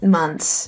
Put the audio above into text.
months